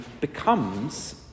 becomes